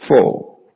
four